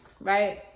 right